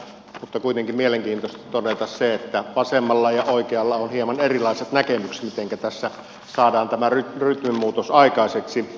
mutta kuitenkin mielenkiintoista on todeta se että vasemmalla ja oikealla on hieman erilaiset näkemykset mitenkä tässä saadaan tämä rytminmuutos aikaiseksi